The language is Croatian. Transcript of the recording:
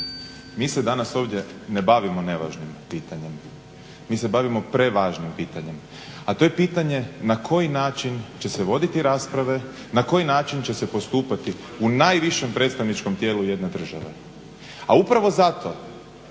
mi se danas ovdje ne bavimo nevažnim pitanjem mi se bavimo prevažnim pitanjem, a to je pitanje na koji način će se voditi rasprave, na koji način će se postupati u najvišem predstavničkom tijelu jedne države. A upravo zato